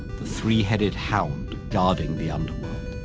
the three-headed hound guarding the underworld.